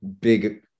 big